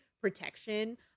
protection